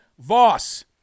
Voss